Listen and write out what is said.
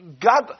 God